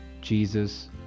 Jesus